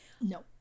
no